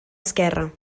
esquerra